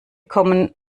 kommen